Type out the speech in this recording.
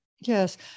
Yes